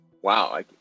wow